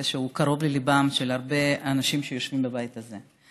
שקרוב לליבם של הרבה אנשים שיושבים בבית הזה,